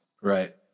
Right